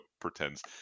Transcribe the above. pretends